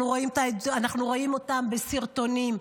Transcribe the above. אנחנו רואים אותם בסרטונים,